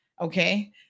Okay